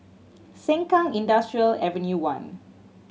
Sengkang Industrial Avenue One